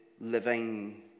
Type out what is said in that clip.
living